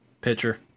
Pitcher